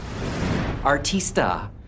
artista